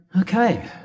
Okay